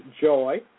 joy